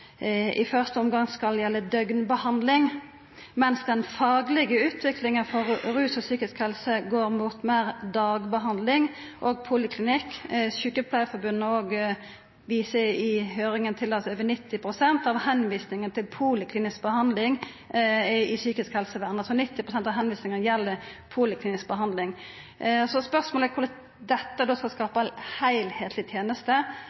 i første omgang skal gjelda døgnbehandling, medan den faglege utviklinga innan rus og psykisk helse går mot meir dagbehandling og poliklinisk behandling. Sjukepleiarforbundet viste i høyringa til at over 90 pst. av tilvisingane innan psykisk helsevern gjeld poliklinisk behandling.